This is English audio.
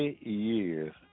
years